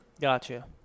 Gotcha